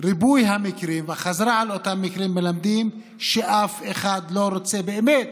שריבוי המקרים והחזרה על אותם מקרים מלמדים הוא שאף אחד לא רוצה באמת